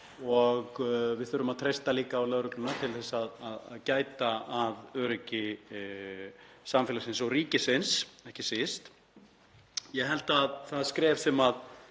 og við þurfum líka að treysta á lögregluna til að gæta að öryggi samfélagsins og ríkisins ekki síst. Ég held að það skref sem